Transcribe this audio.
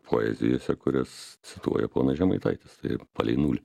poezijose kurias cituoja ponas žemaitaitis tai palei nulį